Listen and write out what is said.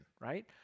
right